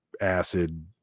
acid